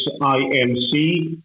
IMC